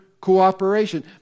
cooperation